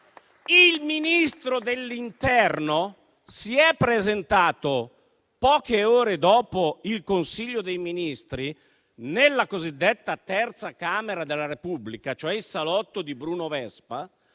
Il Ministro dell'interno si è presentato poche ore dopo il Consiglio dei ministri nella cosiddetta terza Camera della Repubblica, cioè il salotto di Bruno Vespa,